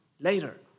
Later